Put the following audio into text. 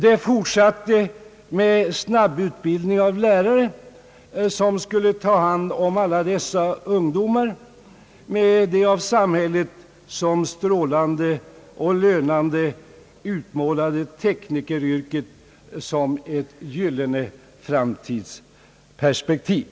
Det fortsatte med snabbutbildning av lärare, som skulle ta hand om alla dessa ungdomar med det av samhället som strålande och lönande utmålade teknikeryrket som ett gyllene framtidsperspektiv.